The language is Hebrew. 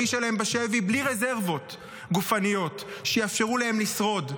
שלהם בשבי בלי רזרבות גופניות שיאפשרו להם לשרוד.